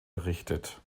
errichtet